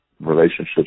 relationships